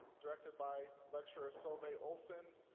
directed by lecturer solveig olsen,